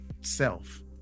self